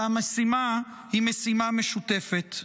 והמשימה היא משימה משותפת.